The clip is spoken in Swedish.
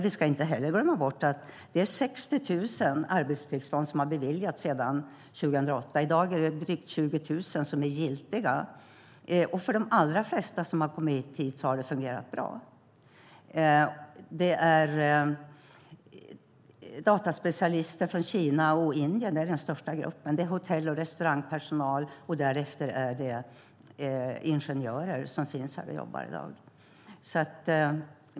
Vi ska inte heller glömma bort att 60 000 arbetstillstånd har beviljats sedan 2008. I dag finns drygt 20 000 giltiga tillstånd. För de allra flesta som har kommit hit har det fungerat bra. Den största gruppen är dataspecialister från Kina och Indien. Sedan är det hotell och restaurangpersonal och därefter ingenjörer som jobbar här i dag.